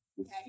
okay